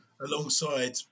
alongside